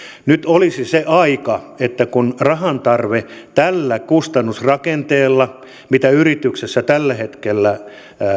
nyt olisi se aika kun rahan tarve tällä kustannusrakenteella mitä yrityksessä tällä hetkellä